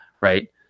right